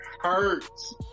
Hurts